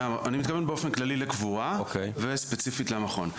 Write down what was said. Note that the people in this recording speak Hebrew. אני מתכוון באופן כללי לקבורה וספציפית למכון.